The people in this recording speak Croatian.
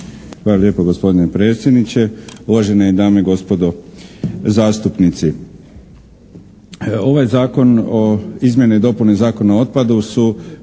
Hvala vam